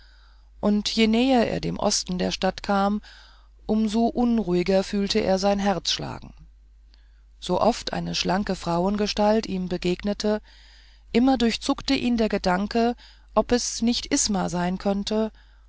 und je näher er dem osten der stadt kam um so unruhiger fühlte er sein herz schlagen so oft eine schlanke frauengestalt ihm begegnete immer durchzuckte ihn der gedanke ob es nicht isma sein könnte